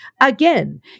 again